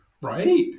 right